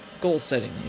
goal-setting